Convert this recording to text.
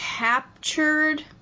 captured